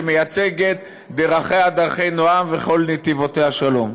שמייצגת "דרכיה דרכי נעם וכל נתיבותיה שלום".